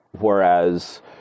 Whereas